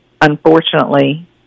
unfortunately